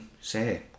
say